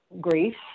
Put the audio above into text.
grief